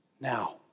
Now